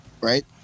right